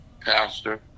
pastor